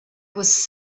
was